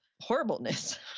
horribleness